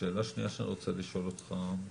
שאלה שנייה שאני רוצה לשאול אותך,